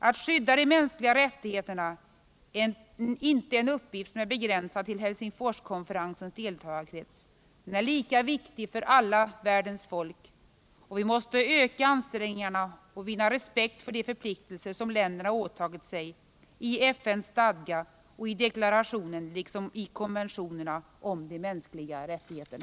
Att skydda de mänskliga rättigheterna är inte en uppgift som är begränsad till Helsingforskonferensens deltagarkrets. Den är lika viktig för världens alla folk, och vi måste öka ansträngningarna att vinna respekt för de förpliktelser som länderna åtagit sig i FN:s stadga och i deklarationen liksom i konventionerna om de mänskliga rättigheterna.